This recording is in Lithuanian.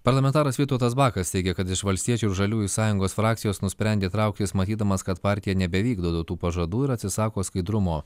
parlamentaras vytautas bakas teigia kad iš valstiečių ir žaliųjų sąjungos frakcijos nusprendė trauktis matydamas kad partija nebevykdo duotų pažadų ir atsisako skaidrumo